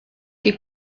que